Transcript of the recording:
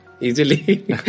Easily